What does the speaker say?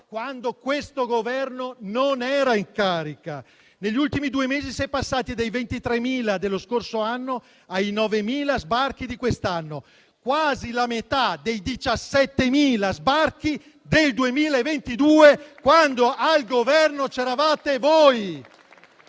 quando questo Governo non era in carica. Negli ultimi due mesi si è passati dai 23.000 dello scorso anno ai 9.000 sbarchi di quest'anno: quasi la metà dei 17.000 sbarchi del 2022, quando al Governo c'eravate voi.